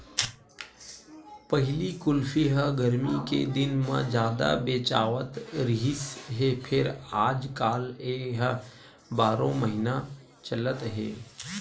पहिली कुल्फी ह गरमी के दिन म जादा बेचावत रिहिस हे फेर आजकाल ए ह बारो महिना चलत हे